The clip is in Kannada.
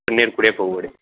ತಣ್ಣೀರು ಕುಡಿಯಕೆ ಹೋಗಬೇಡಿ